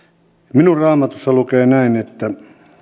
minun raamatussani lukee näin että